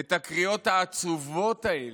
את הקריאות העצובות האלה,